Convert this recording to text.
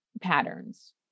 patterns